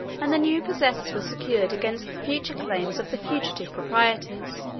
and the new possessors were secured against the future claims of the fugitive proprietors.